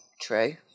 True